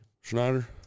Schneider